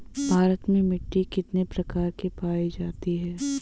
भारत में मिट्टी कितने प्रकार की पाई जाती हैं?